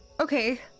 Okay